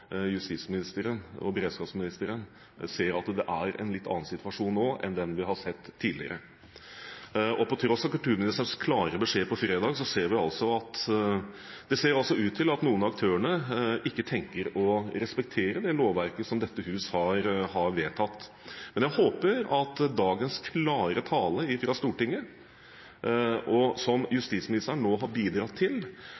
og beredskapsministeren ser at det er en litt annen situasjon nå enn den vi har sett tidligere. På tross av kulturministerens klare beskjed på fredag ser vi altså at det ser ut til at noen av aktørene ikke tenker å respektere det lovverket som dette hus har vedtatt. Men jeg håper at dagens klare tale fra Stortinget – som